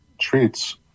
treats